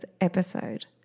episode